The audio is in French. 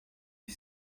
dit